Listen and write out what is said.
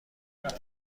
رفت